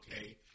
okay